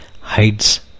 hides